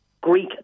Greek